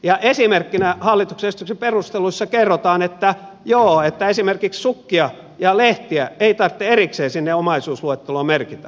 ja esimerkkinä hallituksen esityksen perusteluissa kerrotaan että joo esimerkiksi sukkia ja lehtiä ei tarvitse erikseen sinne omaisuusluetteloon merkitä